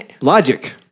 logic